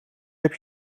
heb